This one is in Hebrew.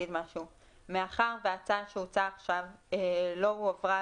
מאחר וההצעה שהועברה עכשיו לא הועברה